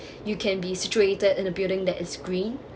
you can be situated in a building that is green